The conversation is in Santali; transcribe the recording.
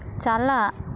ᱪᱟᱞᱟᱜ